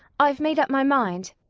i've made up my mind.